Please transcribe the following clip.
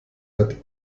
hat